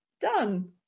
done